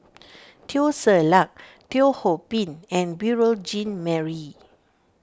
Teo Ser Luck Teo Ho Pin and Beurel Jean Marie